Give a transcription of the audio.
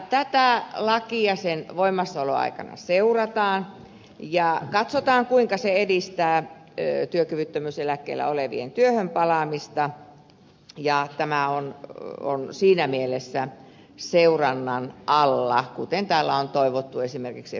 tätä lakia sen voimassaoloaikana seurataan ja katsotaan kuinka se edistää työkyvyttömyyseläkkeellä olevien työhön palaamista ja tämä on siinä mielessä seurannan alla kuten täällä on toivottu esimerkiksi ed